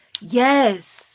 Yes